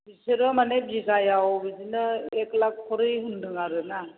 बिसोरो माने बिगायाव बिदिनो एक लाख करि होन्दों आरोना